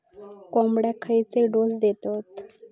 कोंबड्यांक खयले डोस दितत?